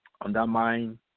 undermine